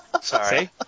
Sorry